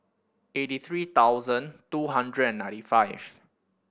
eighty three thousand two hundred and ninety five